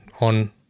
on